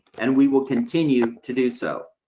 and we will continue to do so.